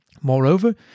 Moreover